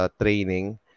training